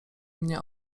mnie